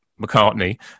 McCartney